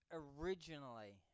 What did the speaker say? originally